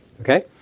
okay